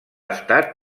estat